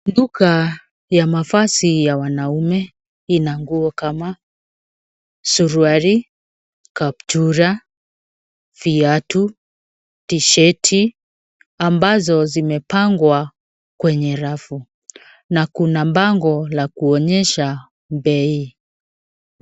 Duka ya mavazi ya wanaume ina nguo kama suruali, kaptura, viatu, tisheti, ambazo zimepangwa kwenye rafu na kuna bango la kuonyesha bei.